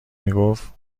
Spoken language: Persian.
میگفت